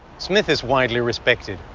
smith is widely respected,